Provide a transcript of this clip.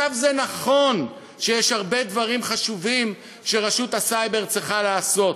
זה נכון שיש הרבה דברים חשובים שרשות הסיבר צריכה לעשות: